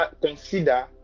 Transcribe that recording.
consider